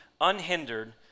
unhindered